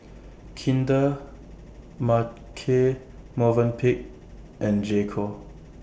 Kinder Marche Movenpick and J Co